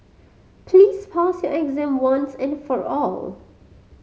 please pass your exam once and for all